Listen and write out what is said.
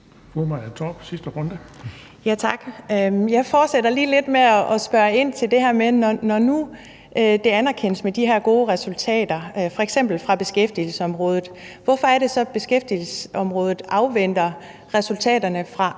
Jeg fortsætter lige med at spørge ind til det her med, at når nu de her gode resultater anerkendes, f.eks. fra beskæftigelsesområdet, hvorfor er det så, at beskæftigelsesområdet afventer resultaterne fra